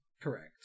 Correct